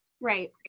Right